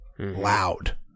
Loud